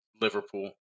Liverpool